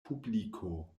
publiko